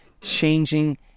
changing